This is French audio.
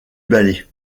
ballet